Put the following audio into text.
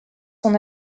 son